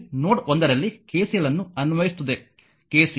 ಇಲ್ಲಿ ನೋಡ್ ಒಂದರಲ್ಲಿ KCL ಅನ್ನು ಅನ್ವಯಿಸುತ್ತದೆ